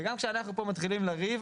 וגם כשאנחנו פה מתחילים לריב,